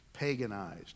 paganized